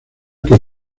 que